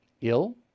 ill